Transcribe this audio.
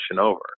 over